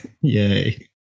Yay